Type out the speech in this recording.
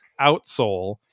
outsole